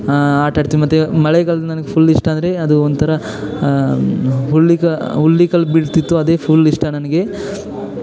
ಆಟ ಆಡ್ತಿದ್ವಿ ಮತ್ತು ಮಳೆಗಾಲದಲ್ಲಿ ನನಗೆ ಫುಲ್ ಇಷ್ಟ ಅಂದರೆ ಅದು ಒಂಥರ ಹುಲ್ಲಿಕ ಹುಲ್ಲಿಕಲ್ಲು ಬೀಳ್ತಿತ್ತು ಅದೇ ಫುಲ್ ಇಷ್ಟ ನನಗೆ